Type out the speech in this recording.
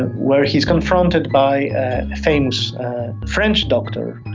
where he is confronted by a famous french doctor